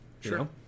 Sure